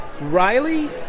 Riley